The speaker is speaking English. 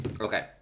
Okay